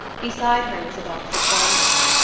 beside her was a box of bonbons,